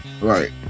right